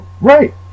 Right